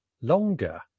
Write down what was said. longer